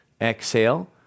Exhale